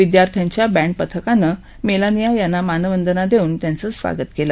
विद्यार्थ्यांच्या बँड पथकानं मेलानिया यांना मानवंदना देवून त्यांचं स्वागत केलं